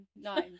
Nine